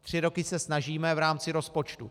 Tři roky se snažíme v rámci rozpočtu.